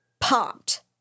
popped